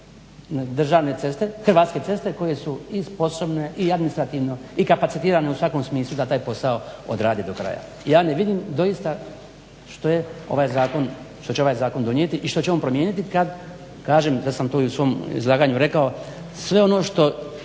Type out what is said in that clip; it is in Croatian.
državne ceste, hrvatske ceste koje su i sposobne i administrativno i kapacitirane u svakom smislu da taj posao odrade do kraja. Ja ne vidim doista što je ovaj zakonom, što će ovaj zakon donijeti i što će on promijeniti kad kažem, ja sam to i u svom izlaganju rekao sve ono što